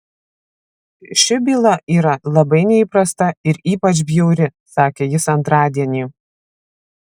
ši byla yra labai neįprasta ir ypač bjauri sakė jis antradienį